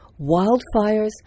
wildfires